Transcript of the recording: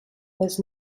was